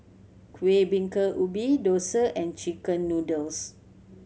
Kueh Bingka Ubi dosa and chicken noodles